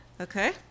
okay